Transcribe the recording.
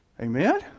Amen